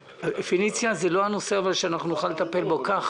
"פניציה" זה לא נושא שנוכל לטפל בו ככה.